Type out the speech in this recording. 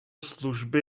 služby